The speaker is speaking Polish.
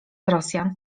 rosjan